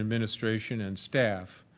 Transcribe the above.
administration and staff,